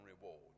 reward